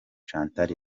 chantal